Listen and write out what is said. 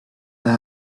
that